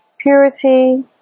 Purity